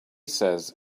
says